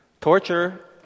torture